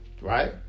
Right